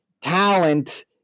talent